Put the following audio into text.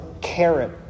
carrot